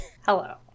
Hello